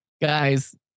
Guys